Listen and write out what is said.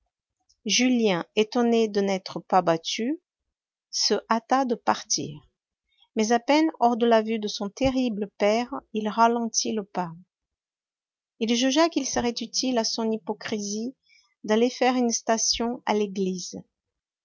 julien étonné de n'être pas battu se hâta de partir mais à peine hors de la vue de son terrible père il ralentit le pas il jugea qu'il serait utile à son hypocrisie d'aller faire une station à l'église